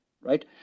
right